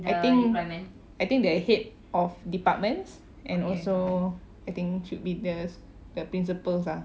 I think I think the head of departments and also I think should be the s~ the principals ah